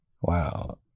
Wow